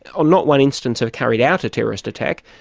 on not one instance have carried out a terrorist attack,